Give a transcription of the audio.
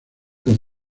con